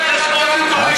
תדבר על מה קראת בעיתון.